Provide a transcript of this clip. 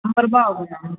ஐம்பதுரூபா ஆகும் மேம்